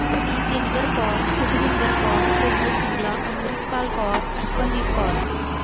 Punitinder Kaur Sukhwinder Kaur Komal Singla Amritpal Kaur Arpandeep Kaur